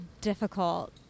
difficult